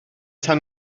tan